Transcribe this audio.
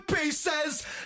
pieces